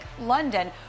London